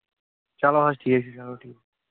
چلو حظ ٹھیٖک چھُ چلو ٹھیٖک چھُ